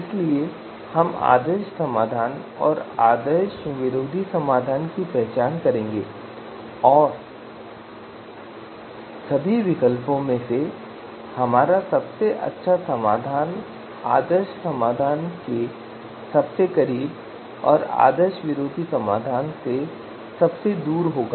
इसलिए हम आदर्श समाधान और आदर्श विरोधी समाधान की पहचान करेंगे और सभी विकल्पों में से हमारा सबसे अच्छा समाधान आदर्श समाधान के सबसे करीब और आदर्श विरोधी समाधान से सबसे दूर होगा